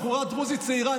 בחורה דרוזית צעירה,